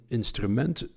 instrument